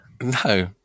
No